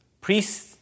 priests